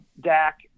Dak